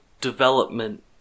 development